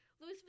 Louis